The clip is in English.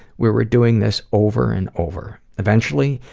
we were doing this over and over. eventually,